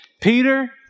Peter